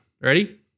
ready